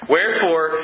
Wherefore